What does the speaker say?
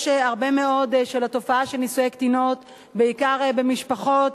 יש הרבה מאוד מהתופעה של נישואי קטינות בעיקר במשפחות,